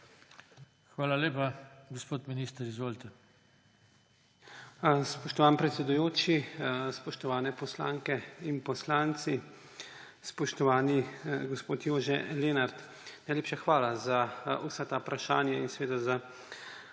Hvala lepa. Gospod minister, izvolite. JANEZ POKLUKAR: Spoštovani predsedujoči, spoštovane poslanke in poslanci, spoštovani gospod Jože Lenart! Najlepša hvala za vsa ta vprašanja in seveda za